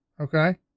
Okay